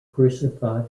crucified